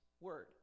word